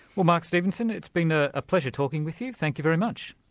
well mark stevenson, it's been a pleasure talking with you, thank you very much.